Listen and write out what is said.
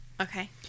Okay